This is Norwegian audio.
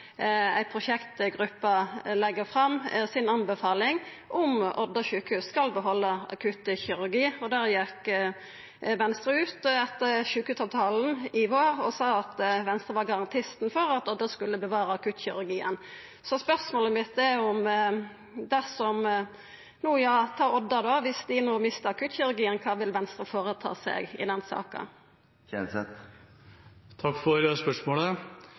ei prosjektgruppe leggja fram si anbefaling om Odda sjukehus skal behalda akuttkirurgi. Der gjekk Venstre ut etter sjukehusavtalen i vår og sa at Venstre var garantisten for at Odda skulle bevara akuttkirurgien. Spørsmålet mitt er: Dersom – for å ta Odda no – dei mistar akuttkirurgien, kva vil Venstre føreta seg i den saka? Takk for spørsmålet.